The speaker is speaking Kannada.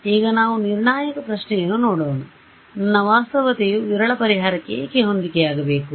ಈಗ ನಾವು ನಿರ್ಣಾಯಕ ಪ್ರಶ್ನೆಯನ್ನು ನೋಡೋಣ ನನ್ನ ವಾಸ್ತವತೆಯು ವಿರಳ ಪರಿಹಾರಕ್ಕೆ ಏಕೆ ಹೊಂದಿಕೆಯಾಗಬೇಕು